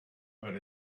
but